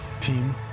Team